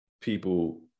people